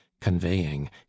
conveying